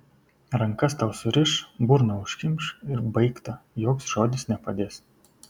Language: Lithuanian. rankas tau suriš burną užkimš ir baigta joks žodis nepadės